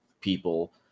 people